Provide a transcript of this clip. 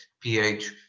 pH